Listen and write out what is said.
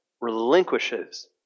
relinquishes